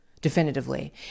definitively